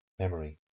Memory